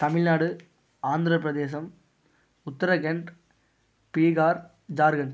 தமிழ்நாடு ஆந்திரப் பிரதேஷம் உத்திரகண்ட் பீகார் ஜார்கண்ட்